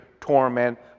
torment